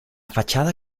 fachada